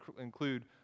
include